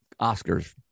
Oscars